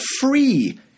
free